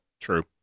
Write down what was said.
true